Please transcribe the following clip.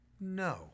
No